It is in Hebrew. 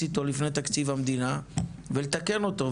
איתו לפני תקציב המדינה ולתקן אותו,